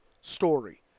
story